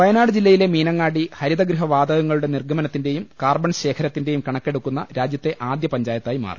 വയനാട് ജില്ലയിലെ മീനങ്ങാടി ഹരിതഗൃഹവാതകങ്ങളുടെ നിർഗമനത്തിന്റെയും കാർബൺ ശേഖരത്തിന്റെയും കണക്കെടു ക്കുന്ന രാജ്യത്തെ ആദ്യ പഞ്ചായത്തായി മാറി